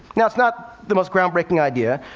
now, it's not the most ground-breaking idea,